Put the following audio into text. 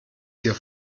hier